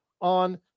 on